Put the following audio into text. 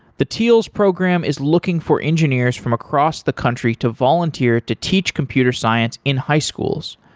the teals program is looking for engineers from across the country to volunteer to teach computer science in high schools.